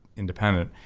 independent,